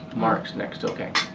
mark's next, okay.